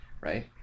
right